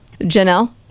Janelle